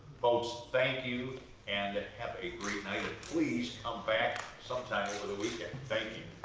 folks, thank you and have a great night and please come back sometime over the weekend. thank you.